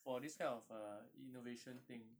for this kind of uh innovation thing